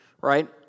right